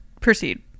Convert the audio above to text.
proceed